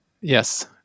Yes